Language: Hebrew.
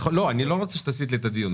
אני לא רוצה שתסיט את הדיון.